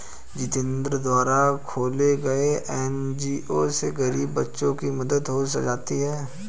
जितेंद्र द्वारा खोले गये एन.जी.ओ से गरीब बच्चों की मदद हो जाती है